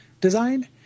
design